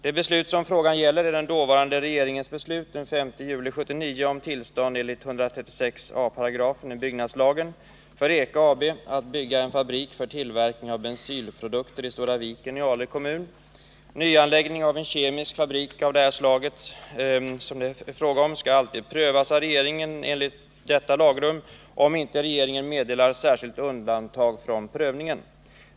Det beslut som frågan gäller är den dåvarande regeringens beslut den 5 juli 1979 om tillstånd enligt 136 a § byggnadslagen för EKA AB att bygga en fabrik för tillverkning av bensylprodukter i Stora Viken i Ale kommun. Nyanläggning av en kemisk fabrik av det slag som det här är fråga om skall alltid prövas av regeringen enligt detta lagrum, om inte regeringen meddelar särskilt undantag från prövningen.